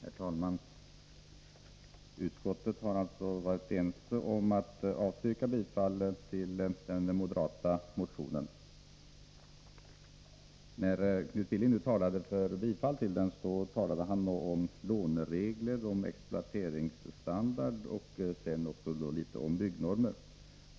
Herr talman! Bortsett från moderatledamöterna har vi i utskottet varit ense omatt avstyrka bifall till den moderata motionen 1547. När Knut Billing talade för bifall till den reservation som avgivits med anledning av motionen, talade han om låneregler, om exploateringsstandard och sedan också litet om byggnormer.